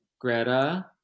Greta